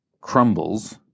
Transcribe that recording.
crumbles